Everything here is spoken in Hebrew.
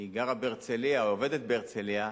היא גרה בהרצלייה או עובדת בהרצלייה.